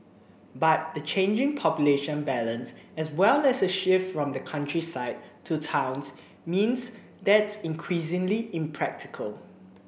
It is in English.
but the changing population balance as well as a shift from the countryside to towns means that's increasingly impractical